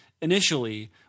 initially –